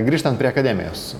grįžtant prie akademijos